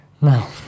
No